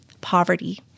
Poverty